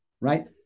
right